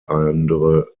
andere